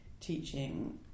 teaching